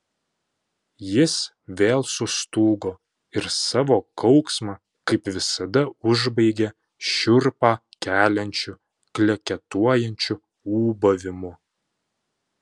jis vėl sustūgo ir savo kauksmą kaip visada užbaigė šiurpą keliančiu kleketuojančiu ūbavimu